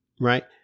Right